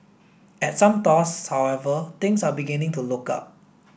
at some stores however things are beginning to look up